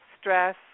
stress